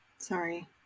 Sorry